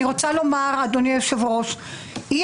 אני רוצה לומר אדוני היושב ראש שאי